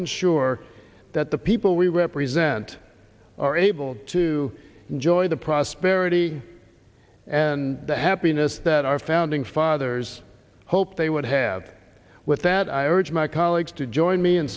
ensure that the people we represent are able to enjoy the prosperity and the happiness that our founding fathers hoped they would have with that i urge my colleagues to join me